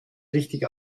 richtig